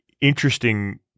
interesting